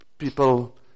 People